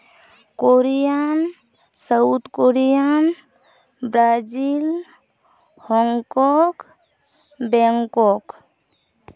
Korean south Korean Brazil Hong Kong Bangkok